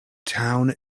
town